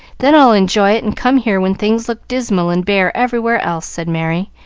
then i'll enjoy it, and come here when things look dismal and bare everywhere else, said merry,